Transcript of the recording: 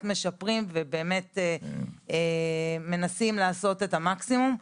משפרים ובאמת מנסים לעשות את המקסימום.